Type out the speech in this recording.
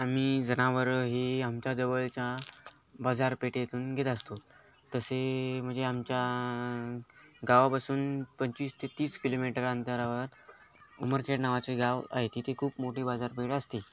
आम्ही जनावरं हे आमच्या जवळच्या बाजारपेठेतून घेत असतो तसे म्हणजे आमच्या गावापासून पंचवीस ते तीस किलोमीटर अंतरावर उमरखेड नावाचे गाव आहे तिथे खूप मोठी बाजारपेठ असते